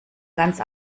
ganz